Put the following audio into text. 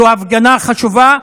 זאת הפגנה חשובה.